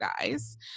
guys